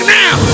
now